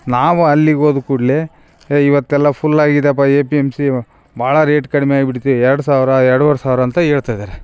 ನಾವು ಅಲ್ಲಿಗೆ ಹೋದ್ ಕೂಡಲೆ ಏ ಇವತ್ತೆಲ್ಲಾ ಫುಲ್ ಆಗಿದ್ಯಪ್ಪ ಎಪಿಎಮ್ಸಿ ವ ಭಾಳ ರೇಟ್ ಕಡಿಮೆ ಆಗ್ಬಿಟ್ಟಿದೆ ಎರಡು ಸಾವಿರ ಎರಡುವರೆ ಸಾವಿರಂತ ಹೇಳ್ತದಾರೆ